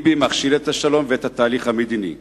ביבי מכשיל את השלום ואת התהליך המדיני.